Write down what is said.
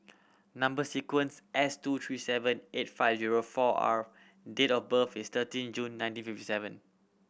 number sequence S two three seven eight five zero four R date of birth is thirteen June nineteen fifty seven